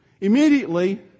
Immediately